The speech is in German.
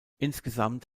insgesamt